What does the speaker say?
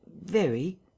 Very